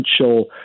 potential